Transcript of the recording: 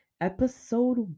episode